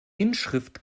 inschrift